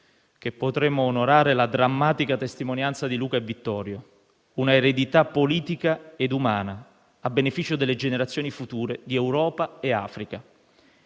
potremo onorare la drammatica testimonianza di Luca e Vittorio, un'eredità politica e umana a beneficio delle generazioni future di Europa e Africa.